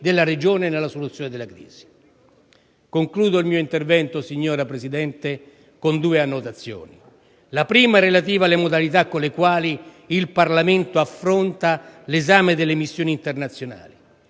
moderate e responsabili. Concludo il mio intervento, signora Presidente, con due annotazioni. La prima è relativa alle modalità con le quali il Parlamento affronta l'esame delle missioni internazionali.